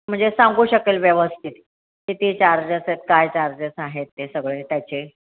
म्हणजे सांगू शकेल व्यवस्थित किती चार्जेस आहेत काय चार्जेस आहेत ते सगळे त्याचे